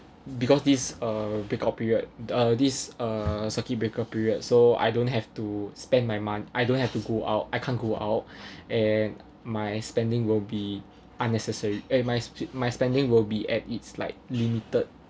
because these uh breakout period uh this uh circuit breaker period so I don't have to spend my mon~ I don't have to go out I can't go out and my spending will be unnecessary eh my spe~ my spending will be at its like limited